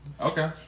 Okay